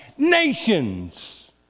Nations